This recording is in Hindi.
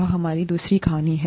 यह हमारी दूसरी कहानी है